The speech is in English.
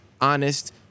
honest